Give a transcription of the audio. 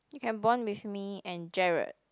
you can bond with me and Gerald